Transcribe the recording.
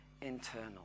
internal